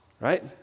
right